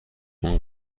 اون